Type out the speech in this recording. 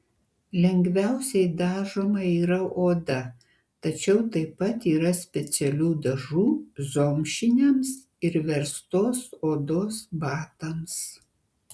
lengviausiai dažoma yra oda tačiau taip pat yra specialių dažų zomšiniams ir verstos odos batams